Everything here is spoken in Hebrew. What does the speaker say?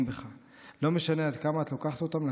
בך לא משנה עד כמה את לוקחת אותם לקצה.